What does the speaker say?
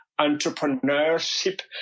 entrepreneurship